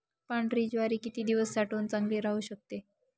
पांढरी ज्वारी किती दिवस साठवून चांगली राहू शकते?